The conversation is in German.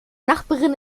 nachbarin